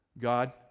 God